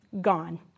Gone